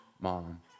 mom